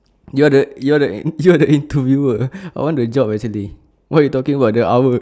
you are you are you are the interviewer I want the job actually what you talking about the hour